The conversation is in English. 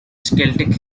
celtic